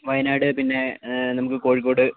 വയനാട് പിന്നെ നമുക്ക് കോഴിക്കോട്